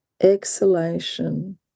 exhalation